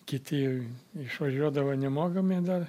kiti išvažiuodavo nemokamai dar